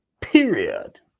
period